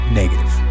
negative